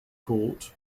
court